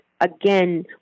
again